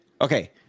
Okay